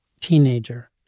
teenager